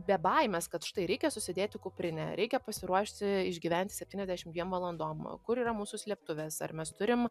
be baimės kad štai reikia susidėti kuprinę reikia pasiruošti išgyventiseptyniasdešim dviem valandom kur yra mūsų slėptuvės ar mes turim